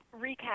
recap